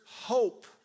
hope